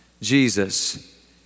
Jesus